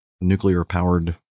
nuclear-powered